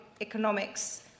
economics